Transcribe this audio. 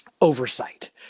oversight